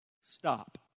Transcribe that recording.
stop